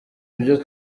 ibyo